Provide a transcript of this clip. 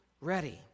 ready